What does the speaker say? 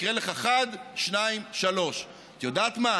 יקרה לך 1, 2, 3. את יודעת מה?